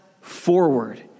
forward